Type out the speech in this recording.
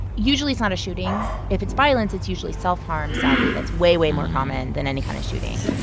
usually it's not a shooting. if it's violence, it's usually self-harm, sadly. that's way, way more common than any kind of shooting.